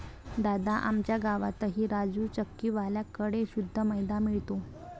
दादा, आमच्या गावातही राजू चक्की वाल्या कड़े शुद्ध मैदा मिळतो